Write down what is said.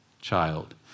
child